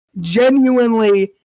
Genuinely